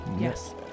yes